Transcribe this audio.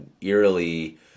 eerily